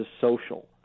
social